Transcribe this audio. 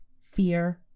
fear